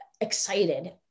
excited